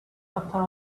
after